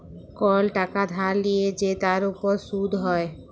call টাকা ধার লিয়ে যে তার উপর শুধ হ্যয়